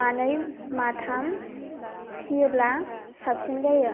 मानै माथाम फियोब्ला साबसिन जायो